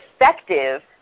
effective